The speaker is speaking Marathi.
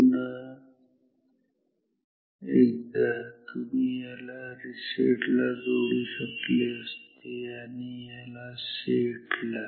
पुन्हा एकदा तुम्ही याला रिसेट ला जोडू शकले असते आणि याला सेटला